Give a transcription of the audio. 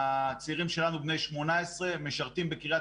הצעירים שלנו בני ה-18 משרתים בקרית